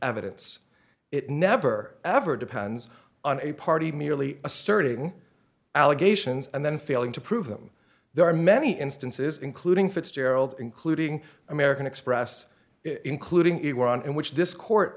evidence it never ever depends on a party merely asserting allegations and then failing to prove them there are many instances including fitzgerald including american express including iran in which this court